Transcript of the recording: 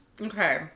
Okay